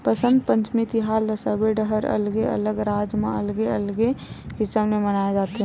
बसंत पंचमी तिहार ल सबे डहर अलगे अलगे राज म अलगे अलगे किसम ले मनाए जाथे